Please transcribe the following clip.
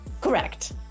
Correct